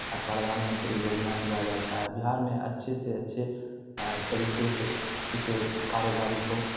اب پردھان منتری یوجنا دیا جاتا ہے بہار میں اچھے سے اچھے طریقے سے اسے کاروباری کو